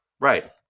Right